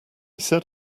said